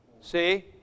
See